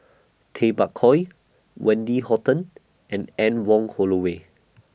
Tay Bak Koi Wendy Hutton and Anne Wong Holloway